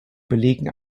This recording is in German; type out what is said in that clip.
belegen